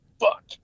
fuck